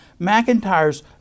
McIntyre's